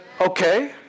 okay